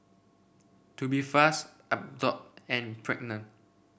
Tubifast Abbott and pregnant